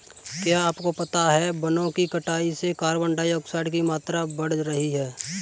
क्या आपको पता है वनो की कटाई से कार्बन डाइऑक्साइड की मात्रा बढ़ रही हैं?